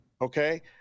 Okay